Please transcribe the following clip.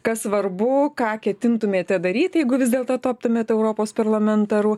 kas svarbu ką ketintumėte daryti jeigu vis dėlto taptumėt europos parlamentaru